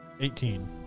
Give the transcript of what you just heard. Eighteen